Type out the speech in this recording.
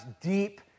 deep